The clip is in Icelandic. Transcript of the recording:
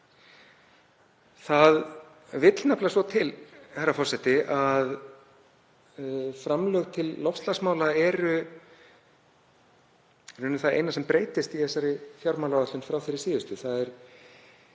Það vill nefnilega svo til, herra forseti, að framlög til loftslagsmála eru í rauninni það eina sem breytist í þessari fjármálaáætlun frá þeirri síðustu.